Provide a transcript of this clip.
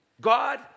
God